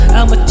I'ma